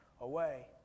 away